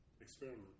Experiment